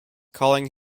calling